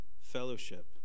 fellowship